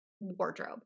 Wardrobe